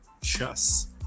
chess